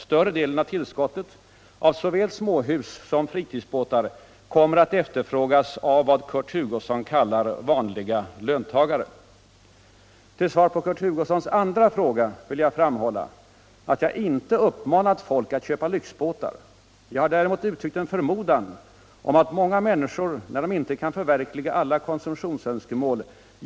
Större delen av tillskottet av såvil småhus som fritidsbåtar kommer att efterfrågas av vad Kurt Hugosson kallar ”vanliga löntagare”. | Till svar på Kurt Hugossons andra fråga vill jag framhålla att jag inte "uppmanat folk att köpa lyxbåtar”. Jag har däremot uttryckt en förmodan om alt många människor, när de inte kan förverkliga alla kKonsumtionsönskemål.